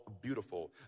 Beautiful